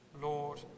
Lord